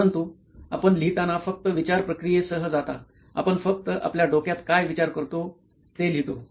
परंतु आपण लिहिताना फक्त विचार प्रक्रियेसह जाता आपण फक्त आपल्या डोक्यात काय विचार करतो ते लिहितो